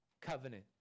covenant